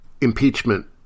impeachment